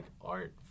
art